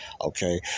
Okay